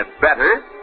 better